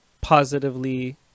positively